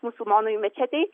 musulmonų mečetei